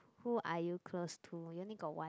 who are you close to you only got one